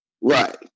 Right